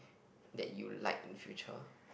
that you like in the future